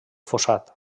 fossat